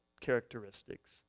characteristics